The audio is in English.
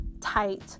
tight